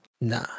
nah